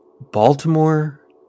Baltimore